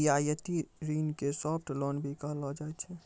रियायती ऋण के सॉफ्ट लोन भी कहलो जाय छै